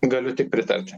galiu tik pritarti